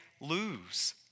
lose